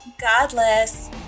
Godless